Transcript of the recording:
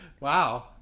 Wow